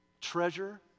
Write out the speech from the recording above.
treasure